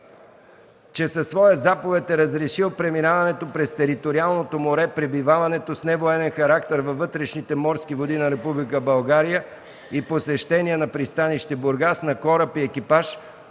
че със своя заповед е разрешил преминаването през териториалното море, пребиваването с невоенен характер във вътрешните морски води на Република България и посещение на пристанище Бургас на кораб и екипаж